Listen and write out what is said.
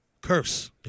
Curse